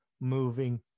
moving